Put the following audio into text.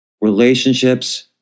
Relationships